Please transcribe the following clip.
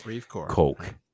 coke